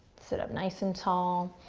sit up nice and tall.